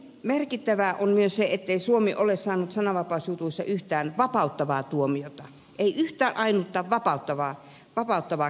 merkittävää on myös se ettei suomi ole saanut sananvapausjutuissa yhtään vapauttavaa tuomiota ei yhtään ainutta vapauttavaa kannanottoa